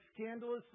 scandalously